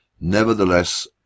Nevertheless